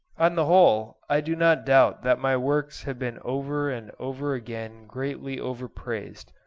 on the whole i do not doubt that my works have been over and over again greatly overpraised.